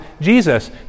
Jesus